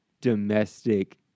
domestic